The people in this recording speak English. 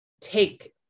take